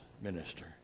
minister